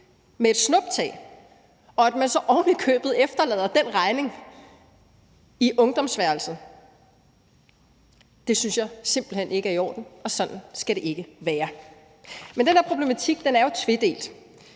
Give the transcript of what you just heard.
med et snuptag, og at man så ovenikøbet efterlader den regning på ungdomsværelset, synes jeg simpelt hen ikke er i orden, og sådan skal det ikke være. Men den der problematik er jo tvedelt,